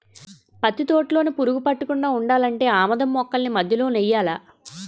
పత్తి తోటలోన పురుగు పట్టకుండా ఉండాలంటే ఆమదం మొక్కల్ని మధ్యలో నెయ్యాలా